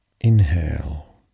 Inhale